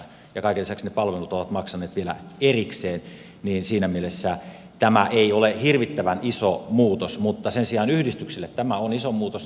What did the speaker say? kaiken lisäksi ne palvelut ovat maksaneet vielä erikseen niin että siinä mielessä tämä ei ole hirvittävän iso muutos mutta sen sijaan yhdistyksille tämä on iso muutos